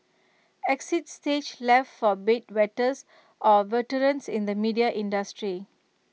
exit stage left for bed wetters or veterans in the media industry